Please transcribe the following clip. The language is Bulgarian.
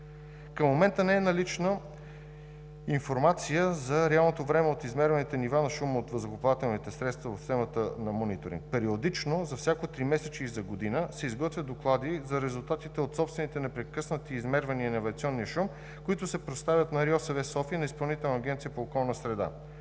Към момента не е налична информация за реалното време от измерваните нива на шума от въздухоплавателните средства в системата на мониторинг. Периодично – за всяко тримесечие и за година, се изготвят доклади за резултатите от собствените непрекъснати измервания на авиационния шум, които се предоставят на РИОСВ София, на Изпълнителна агенция по околна среда.